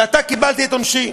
ועתה קיבלתי את עונשי,